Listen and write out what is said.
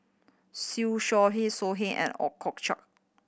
Siew Shaw So Heng and Ooi Kok Chuen